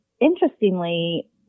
interestingly